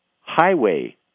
highway